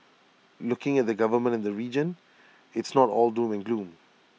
looking at the government in the region it's not all doom and gloom